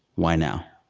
why now?